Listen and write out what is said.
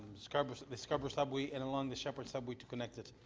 scarborough the scarborough subway and along the sheppard subway to connect it.